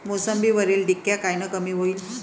मोसंबीवरील डिक्या कायनं कमी होईल?